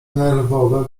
nerwowe